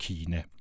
Kina